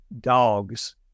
dogs